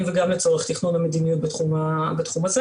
וגם לצורך תכנון ומדיניות בתחום הזה.